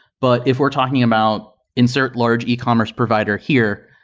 but if we're talking about insert large e-commerce provider here,